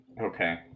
Okay